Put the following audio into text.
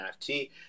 NFT